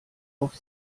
auf